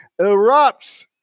erupts